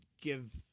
Give